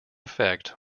effect